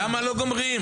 למה לא גומרים?